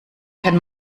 kann